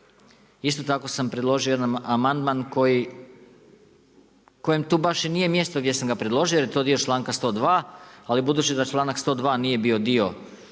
Isto tako sam predložio jedan amandman kojem tu baš i nije mjesto gdje sam ga predložio jer je to dio članka 102., ali budući da članak 102. nije bio dio